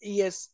Yes